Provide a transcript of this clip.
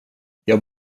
jag